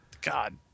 God